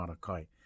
Marakai